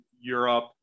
europe